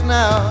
now